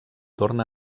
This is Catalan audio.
torn